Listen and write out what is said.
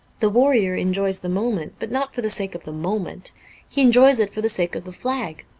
the warrior enjoys the moment, but not for the sake of the moment he enjoys it for the sake of the flag.